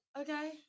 okay